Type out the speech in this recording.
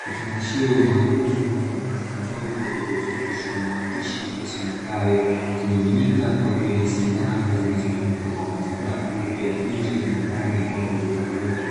Kifungashio maalumu pamoja na chupa ndogo iliyochapishwa maandishi yasomekayo "Kimiminika kwa ajili ya sindano zinazotumika kwa matibabu ya nje na ndani kwa ajili ya wadudu",